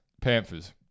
Panthers